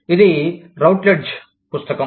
ఇది రౌట్లెడ్జ్ పుస్తకం